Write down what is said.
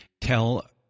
tell